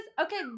okay